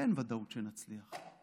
ואין ודאות שנצליח,